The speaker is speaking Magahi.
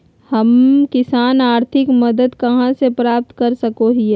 हम किसान आर्थिक मदत कहा से प्राप्त कर सको हियय?